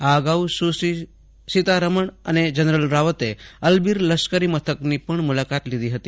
આ અગાઉ સુશ્રી સીતારમણ અને જનરલ રાવતે અલબીર લશ્કરી મથકની પણ મુલાકાત લીધી હતી